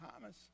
Thomas